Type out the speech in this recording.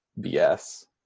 BS